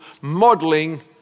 Modeling